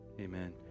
Amen